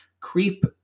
creep